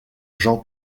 jean